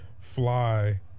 fly